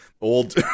old